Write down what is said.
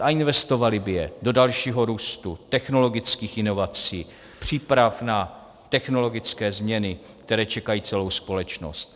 A investovali by je do dalšího růstu, technologických inovací, příprav na technologické změny, které čekají celou společnost.